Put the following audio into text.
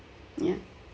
yeah